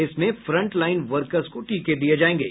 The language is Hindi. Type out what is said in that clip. इसमें फ्रंट लाईन वर्कर्स को टीके दिये जायेंगे